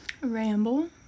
ramble